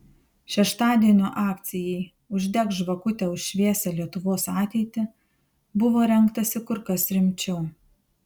šeštadienio akcijai uždek žvakutę už šviesią lietuvos ateitį buvo rengtasi kur kas rimčiau